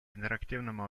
интерактивному